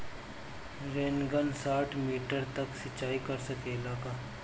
Rain gun साठ metre तक सिचाई कर सकेला का?